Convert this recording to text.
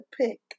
pick